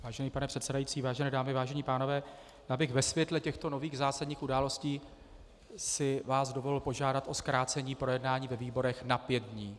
Vážený pane předsedající, vážené dámy, vážení pánové, já bych ve světle těchto nových zásadních události si vás dovolil požádat o zkrácení projednání ve výborech na 5 dnů.